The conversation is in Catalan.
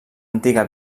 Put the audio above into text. antiga